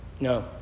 no